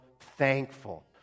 thankful